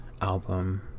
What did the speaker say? album